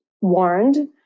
warned